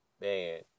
man